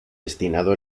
destinado